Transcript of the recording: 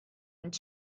that